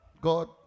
God